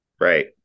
Right